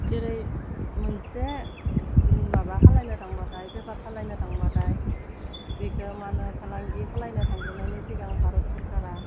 जेरै मोनसे माबा खालायनो थांबाथाय बेफार खालायनो थांबाथाय बेखो मा होनो फालांगि खालायनो थांग्रोनायनि सिगां भारत सरकारा